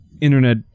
internet